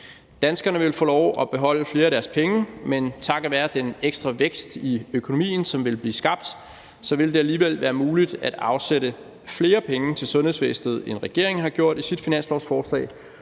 Danskerne ville få lov at beholde flere af deres penge, men takket være den ekstra vækst i økonomien, som ville blive skabt, ville det alligevel være muligt at afsætte flere penge til sundhedsvæsenet, end regeringen har gjort i sit finanslovsforslag,